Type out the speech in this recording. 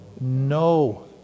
No